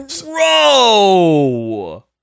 Bro